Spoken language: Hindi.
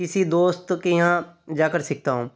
किसी दोस्त के यहाँ जाकर सीखता हूँ